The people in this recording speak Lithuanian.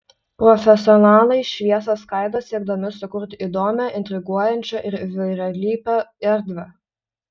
profesionalai šviesą skaido siekdami sukurti įdomią intriguojančią ir įvairialypę erdvę